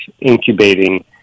incubating